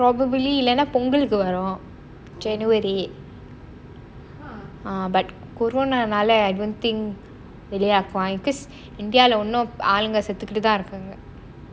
probably இல்லன்னா பொங்கலுக்கு வரும்:illanna pongalukku varum january but corona I don't think வெளியாக்குவான்:veliyaakuaan because india வில் இன்னும் ஆளுங்க இன்னும் செத்துக்கிட்டு தான் இருக்கிங்க:vil innum aalunga innum sethukkittu thaan irukkinga